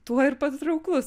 tuo ir patrauklus